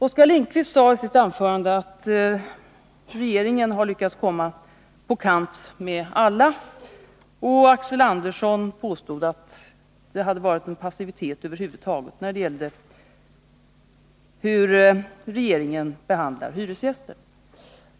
Oskar Lindkvist sade i sitt anförande att regeringen har lyckats komma på kant med alla. Axel Andersson påstod att det över huvud taget hade varit en passivitet över regeringens sätt att behandla hyresgästerna.